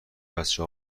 بچه